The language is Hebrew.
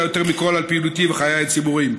יותר מכול על פעילותי וחיי הציבוריים.